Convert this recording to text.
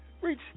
Reach